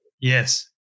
Yes